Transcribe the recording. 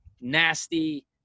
nasty